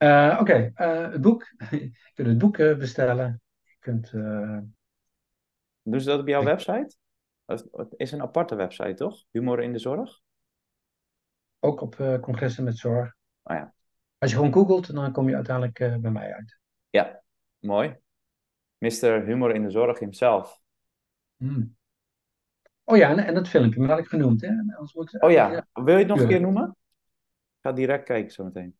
Eh, oké, eh, het boek. Je kunt het boek, eh, bestellen. Je kunt, eh, Doen ze dat op jouw kijk. website? Dat is- het is een aparte website, toch? Humor in de Zorg? Ook op, eh, Congressen met Zorg. Oh ja. Als je gewoon googelt, dan kom je uiteindelijk, eh, bij mij uit. Ja, mooi. Mr. Humor in de Zorg himself. Hmm. Oh ja, en- en dat filmpje, maar dat had ik genoemd, hè. Anders wordt het Oh elke ja. keer Wil je het nog een duurder. keer noemen? Ik ga direct kijken zometeen.